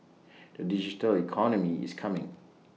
the digital economy is coming